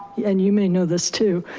and you may know this too.